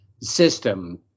system